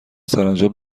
سرانجام